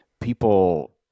people